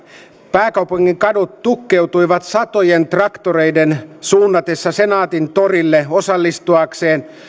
pääkaupungin kadut tukkeutuivat satojen traktoreiden suunnatessa senaatintorille osallistuakseen